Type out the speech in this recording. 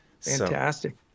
Fantastic